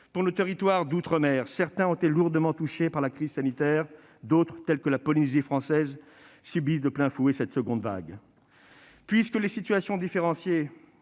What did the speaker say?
pour les territoires d'outre-mer : certains ont été lourdement touchés par la crise sanitaire, d'autres, telle que la Polynésie française, subissent de plein fouet cette seconde vague. Puisque les situations sont différenciées,